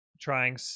Trying